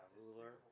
ruler